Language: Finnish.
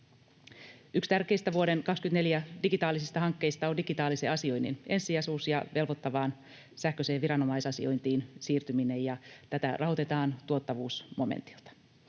Yksi tärkeistä vuoden 24 digitaalisista hankkeista on digitaalisen asioinnin ensisijaisuus ja velvoittavaan sähköiseen viranomaisasiointiin siirtyminen. Tätä rahoitetaan tuottavuusmomentilta.